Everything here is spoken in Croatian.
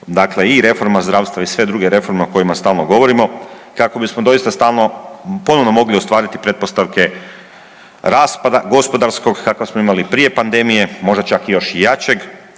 dakle i reforma zdravstva i sve druge reforme o kojima stalno govorimo, kako bismo doista stalno, ponovno mogli ostvariti pretpostavke rasta gospodarska kakav smo imali prije pandemije, možda čak još i jačeg,